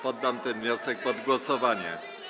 Poddam ten wniosek pod głosowanie.